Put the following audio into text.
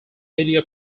media